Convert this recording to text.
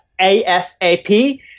ASAP